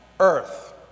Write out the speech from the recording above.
earth